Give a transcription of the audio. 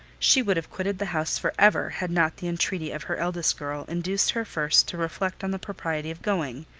she would have quitted the house for ever, had not the entreaty of her eldest girl induced her first to reflect on the propriety of going,